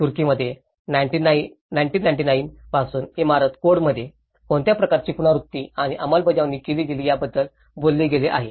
तुर्कीमध्ये 1999 पासून इमारत कोडमध्ये कोणत्या प्रकारची पुनरावृत्ती आणि अंमलबजावणी केली गेली याबद्दल बोलले गेले आहे